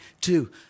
two